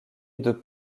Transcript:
deux